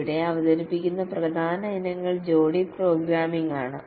ഇവിടെ അവതരിപ്പിക്കുന്ന പ്രധാന ഇനങ്ങൾ ജോഡി പ്രോഗ്രാമിംഗ് ആണ്